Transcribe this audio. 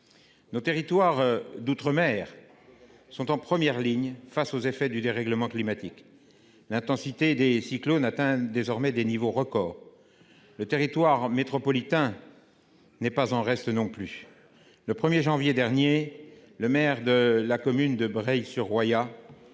Nos territoires d’outre mer se trouvent en première ligne face aux effets du dérèglement climatique. L’intensité des cyclones atteint désormais des niveaux records. Le territoire métropolitain n’est pas en reste : le 1 janvier dernier, le maire de Breil sur Roya